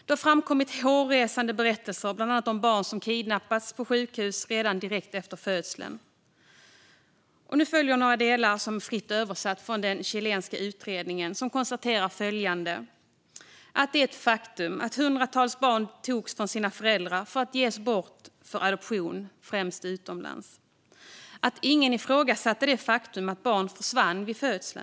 Det har framkommit hårresande berättelser, bland annat om barn som kidnappats på sjukhus redan direkt efter födseln. Nu följer några delar som är fritt översatta från den chilenska utredningen, som konstaterar följande: Det är ett faktum att hundratals barn togs från sina föräldrar för att ges bort för adoption, främst utomlands. Ingen ifrågasatte det faktum att barn försvann vid födseln.